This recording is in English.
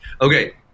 Okay